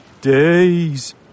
days